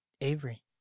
avery